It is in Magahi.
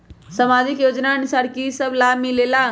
समाजिक योजनानुसार कि कि सब लाब मिलीला?